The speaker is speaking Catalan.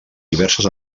diverses